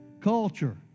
culture